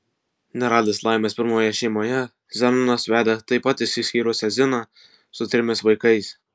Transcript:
neradęs laimės pirmoje šeimoje zenonas vedė taip pat išsiskyrusią ziną su trimis vaikais